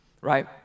right